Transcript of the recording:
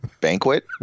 banquet